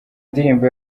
ndirimbo